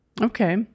Okay